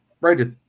right